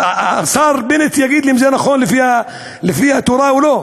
השר בנט יגיד לי אם זה נכון לפי התורה או לא.